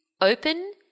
open